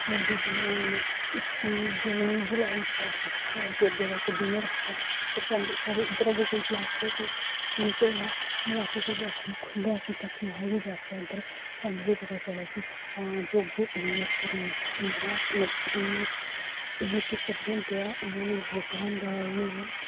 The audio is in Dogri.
मोदी जी होरें उ'नें इक्की जून जुलाई शायद हां योगे दा इक दिन रक्खेआ ऐ पर साढ़े इद्धरा गै कोई लाग्गे कोई चीज़ होऐ लाग्गे कोई ऐही खुल्लै कि ताकि अस बी जाच्चै उद्धर सानूं बी पता चलै कि हां योगे इन्ने करीब इन्ना मतलब इन्ने किसम दे होंदे ऐ एह् एह् योग होंदा ऐ एह् एह्